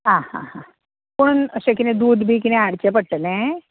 आं हां हां पूण अशें कितें दूद बी कितें हाडचें पडटलें